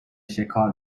شکار